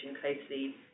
closely